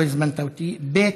לא הזמנת אותי, ב.